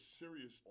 serious